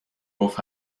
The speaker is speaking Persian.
گفت